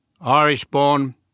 Irish-born